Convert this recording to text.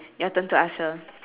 your turn to ask shir